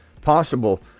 possible